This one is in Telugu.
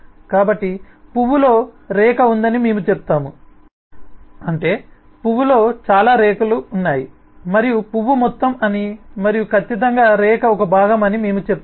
కాబట్టి పువ్వులో రేక ఉందని మేము చెప్తాము అంటే పువ్వులో చాలా రేకులు ఉన్నాయి మరియు పువ్వు మొత్తం అని మరియు ఖచ్చితంగా రేక ఒక భాగం అని మేము చెప్తాము